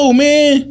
man